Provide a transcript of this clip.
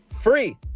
Free